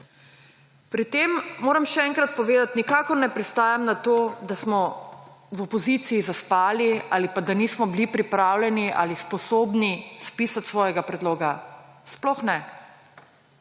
Pri tem moram še enkrat povedati, da ne pristajam na to, da smo v opoziciji zaspali ali da nismo bili pripravljeni ali sposobni spisati svojega predloga. Sploh ne.